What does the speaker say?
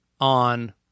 on